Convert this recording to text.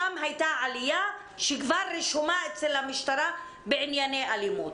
שם הייתה עלייה שכבר רשומה אצל המשטרה בענייני אלימות.